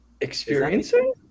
experiencing